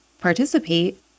participate